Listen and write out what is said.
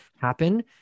happen